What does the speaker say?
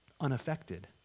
unaffected